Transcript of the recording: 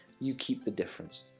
you keep the difference.